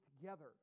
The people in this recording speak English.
together